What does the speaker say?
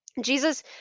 Jesus